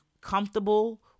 comfortable